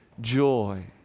joy